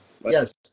Yes